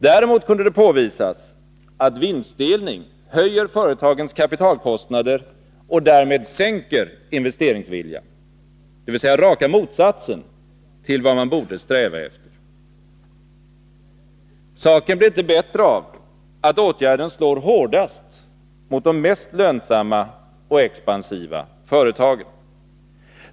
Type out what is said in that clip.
Däremot kunde det påvisas att vinstdelning höjer företagens kapitalkostnader och därmed sänker investeringsviljan, dvs. raka motsatsen till vad man borde sträva efter. Saken blir inte bättre av att åtgärden slår hårdast mot de mest lönsamma och expansiva företagen.